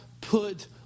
put